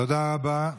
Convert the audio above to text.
תודה רבה.